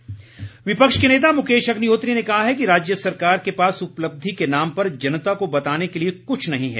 अग्निहोत्री विपक्ष के नेता मुकेश अग्निहोत्री ने कहा है कि राज्य सरकार के पास उपलब्धि के नाम पर जनता को बताने के लिए कुछ नहीं है